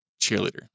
cheerleader